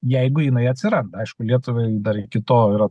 jeigu jinai atsiranda aišku lietuvai dar iki to yra